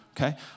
Okay